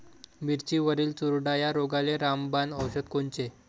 मिरचीवरील चुरडा या रोगाले रामबाण औषध कोनचे?